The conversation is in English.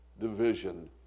division